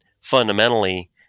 fundamentally